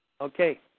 Okay